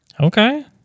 okay